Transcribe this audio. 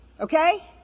Okay